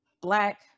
Black